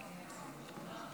בעד,